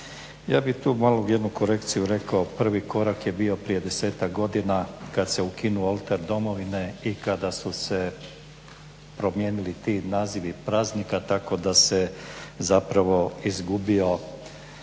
Ja bih tu malo jednu malu korekciju rekao prvi korak je bio prije desetak godina kad se ukinuo oltar domovine i kada su se promijenili ti nazivi praznika, tako da se zapravo izgubilo